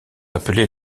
appelés